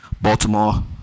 Baltimore